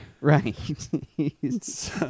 Right